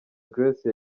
grace